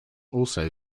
also